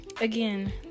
again